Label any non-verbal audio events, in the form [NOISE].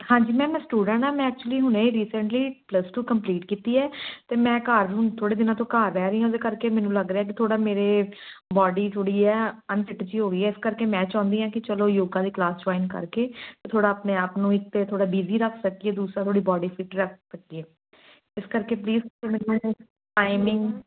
ਹਾਂਜੀ ਮੈਮ ਮੈਂ ਸਟੂਡੈਂਟ ਹਾਂ ਮੈਂ ਐਕਚੁਲੀ ਹੁਣੇ ਰੀਸੈਂਟਲੀ ਪਲੱਸ ਟੂ ਕੰਪਲੀਟ ਕੀਤੀ ਹੈ ਅਤੇ ਮੈਂ ਘਰ ਹੁਣ ਥੋੜ੍ਹੇ ਦਿਨਾਂ ਤੋਂ ਘਰ ਰਹਿ ਰਹੀ ਹਾਂ ਉਹਦੇ ਕਰਕੇ ਮੈਨੂੰ ਲੱਗ ਰਿਹਾ ਕਿ ਥੋੜ੍ਹਾ ਮੇਰੇ ਬੋਡੀ ਥੋੜ੍ਹੀ ਹੈ ਅਨਫਿੱਟ ਜਿਹੀ ਹੋ ਗਈ ਹੈ ਇਸ ਕਰਕੇ ਮੈਂ ਚਾਹੁੰਦੀ ਐਂ ਕਿ ਚਲੋ ਯੋਗਾ ਦੀ ਕਲਾਸ ਜੁਆਇਨ ਕਰਕੇ ਥੋੜ੍ਹਾ ਆਪਣੇ ਆਪ ਨੂੰ ਇੱਕ ਤਾਂ ਥੋੜ੍ਹਾ ਬਿਜੀ ਰੱਖ ਸਕੀਏ ਦੂਸਰਾ ਥੋੜ੍ਹੀ ਬੋਡੀ ਫਿੱਟ ਰੱਖ ਸਕੀਏ ਇਸ ਕਰਕੇ ਪਲੀਜ [UNINTELLIGIBLE] ਟਾਈਮਿੰਗ